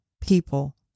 people